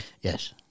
Yes